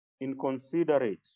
inconsiderate